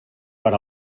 per